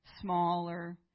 smaller